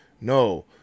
No